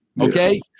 okay